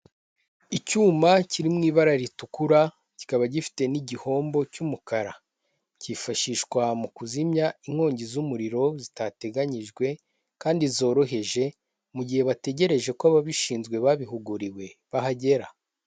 Icyuma kiri mu ibara ritukura, kikaba gifite n'igihombo cy'umukara, cyifashishwa mu kuzimya inkongi z'umuriro zitateganyijwe kandi zoroheje, mu gihe bategereje ko ababishinzwe babihuguriwe bahagera.